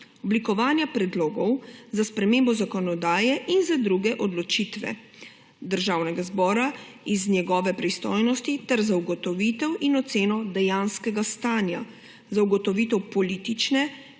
oblikovanja predlogov za spremembo zakonodaje in za druge odločitve Državnega zbora iz njegove pristojnosti ter za ugotovitev in oceno dejanskega stanja, za ugotovitev politične